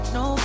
no